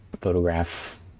photograph